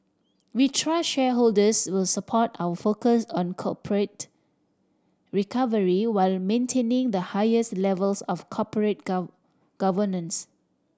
we trust shareholders will support our focus on corporate recovery while maintaining the highest levels of corporate governance